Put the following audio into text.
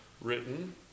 written